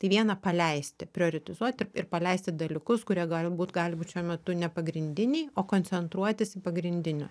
tai viena paleisti prioritetizuoti ir paleisti dalykus kurie gali būt gali būt šiuo metu ne pagrindiniai o koncentruotis į pagrindiniu